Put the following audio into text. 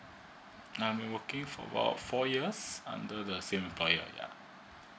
I have been working for four years under the same employer ya